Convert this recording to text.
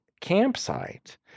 campsite